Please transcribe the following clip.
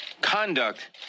conduct